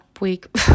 week